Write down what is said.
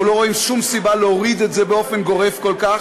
אנחנו לא רואים שום סיבה להוריד את זה באופן גורף כל כך,